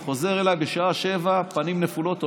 הוא חוזר אליי, בשעה 19:00, פנים נפולות.